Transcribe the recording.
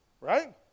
Right